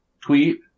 tweet